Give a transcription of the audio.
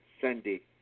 sandy